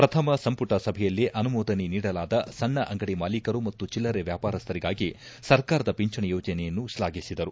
ಪ್ರಥಮ ಸಂಪುಟ ಸಭೆಯಲ್ಲೇ ಅನುಮೋದನೆ ನೀಡಲಾದ ಸಣ್ಣ ಅಂಗಡಿ ಮಾಲೀಕರು ಮತ್ತು ಚಿಲ್ಲರೆ ವ್ಯಾಪಾರಸ್ಥರಿಗಾಗಿ ಸರ್ಕಾರದ ಪಿಂಚಣಿ ಯೋಜನೆಯನ್ನು ಶ್ಲಾಘಿಸಿದರು